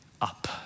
up